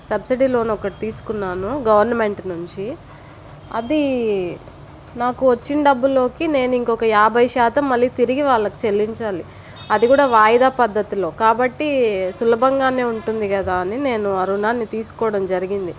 subsidy loan ఒకటి తీసుకున్నాను government నుంచి అది నాకు వచ్చిన డబ్బులోకి నేను ఇంకొక యాభై శాతం మళ్ళీ తిరిగి వాళ్లకి చెల్లించాలి అది కూడా వాయిదా పద్ధతి కాబట్టి సులభంగానే ఉంటుంది కదా అని నేను ఆ రుణాన్ని తీసుకోవడం జరిగింది